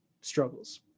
struggles